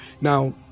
now